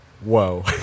whoa